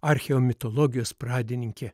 archeomitologijos pradininkė